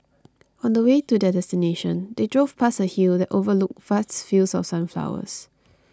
on the way to their destination they drove past a hill that overlooked vast fields of sunflowers